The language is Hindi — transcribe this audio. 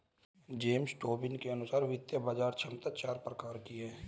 जेम्स टोबिन के अनुसार वित्तीय बाज़ार दक्षता चार प्रकार की है